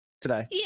Today